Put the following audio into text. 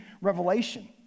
Revelation